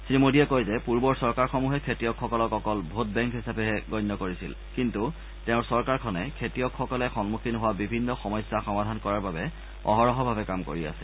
শ্ৰী মোদীয়ে কয় যে পূৰ্বৰ চৰকাৰসমূহে খেতিয়কসকলক অকল ভোটবেংক বুলিহে গণ্য কৰিছিল কিন্তু তেওঁৰ চৰকাৰখনে খেতিয়কসকলে সন্মুখীন হোৱা বিভিন্ন সমস্যা সমাধান কৰাৰ বাবে অহৰহভাৱে কাম কৰি আছে